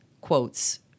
quotes